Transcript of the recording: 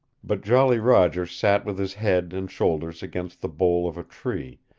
but jolly roger sat with his head and shoulders against the bole of a tree,